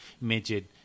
midget